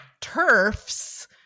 turfs